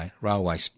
railway